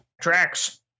Tracks